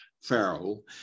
Pharaoh